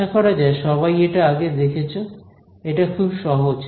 আশা করা যায় সবাই এটা আগে দেখেছো এটা খুব সহজ